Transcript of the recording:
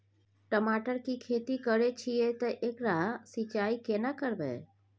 टमाटर की खेती करे छिये ते एकरा सिंचाई केना करबै?